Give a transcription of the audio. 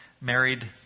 married